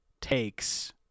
takes